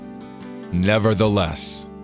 Nevertheless